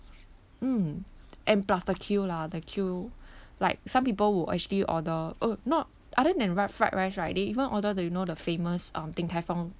mm and plus the queue lah the queue like some people will actually order oh not other than what fried rice right they even order the you know the famous um Din Tai Fung